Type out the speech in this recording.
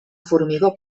formigó